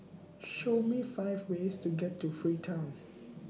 Show Me five ways to get to Freetown